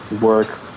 work